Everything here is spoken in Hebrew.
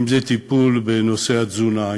אם זה טיפול בנושא התזונה,